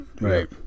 right